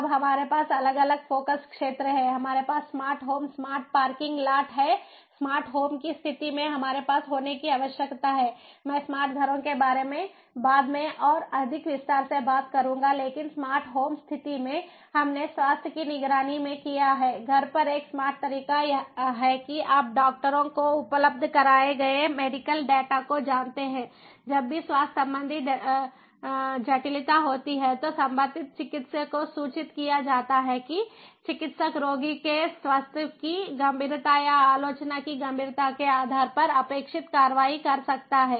अब हमारे पास अलग अलग फ़ोकस क्षेत्र हैं हमारे पास smart home smart parking lot हैं स्मार्ट होम की स्थिति में हमारे पास होने की आवश्यकता है मैं स्मार्ट घरों के बारे में बाद में और अधिक विस्तार से बात करूंगा लेकिन स्मार्ट होम स्थिति में हमने स्वास्थ्य की निगरानी में किया है घर पर एक स्मार्ट तरीका यह है कि आप डॉक्टरों को उपलब्ध कराए गए मेडिकल डेटा को जानते हैं जब भी स्वास्थ्य संबंधी जटिलता होती है तो संबंधित चिकित्सक को सूचित किया जाता है कि चिकित्सक रोगी के स्वास्थ्य की गंभीरता या आलोचना की गंभीरता के आधार पर अपेक्षित कार्रवाई कर सकता है